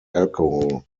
alcohol